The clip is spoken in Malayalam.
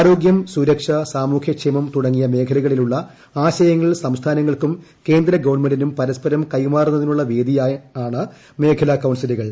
ആരോഗ്യം സുരക്ഷാ സാമൂഹ്യക്ഷേമം തുടങ്ങിയ മേഖലകളിലുള്ള ആശയങ്ങൾ സംസ്ഥാനങ്ങൾക്കും കേന്ദ്ര ഗവൺമെന്റിനും പരസ്പരം കൈമാറുന്നതിനുള്ള വേദിയാണ് മേഖലാ കൌൺസിലുകൾ